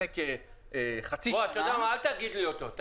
אל תגיד לי אותו.